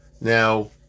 Now